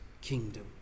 kingdom